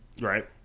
Right